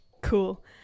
cool